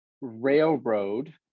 railroad